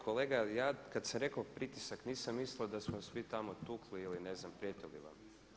Kolega ja kad sam rekao pritisak, nisam mislio da su vas svi tamo tukli ili ne znam prijetili vam.